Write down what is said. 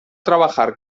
trabajar